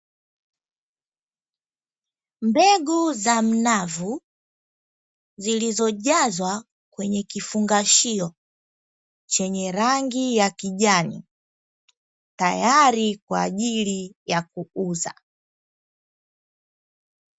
Mbegu za mnavu zilizojazwa kwenye kifungashio cha kijani, tayari kwaajili ya kuuza.